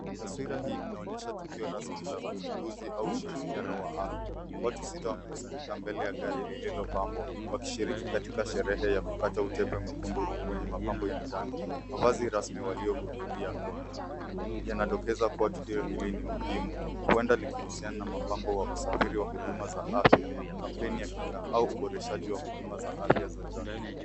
Taswira hii inaonyesha tukio rasmi la uzinduzi au ushirikiano wa afya. Watu sita wamekusanyika mbele ya gari lililopambwa wakishiriki katika sherehe ya kukata utepe mwekundu wenye mapambo ya njano. Mavazi rasmi waliohudhuria yanadokeza kuwa tukio hili ni muhimu huenda likihusiana na mpango wa usafiri wa huduma za afya, kampeni ya kinga au uboreshaji wa huduma za afya za jamii.